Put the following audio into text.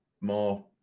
more